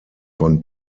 von